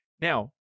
Now